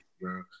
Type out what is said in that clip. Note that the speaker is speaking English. bro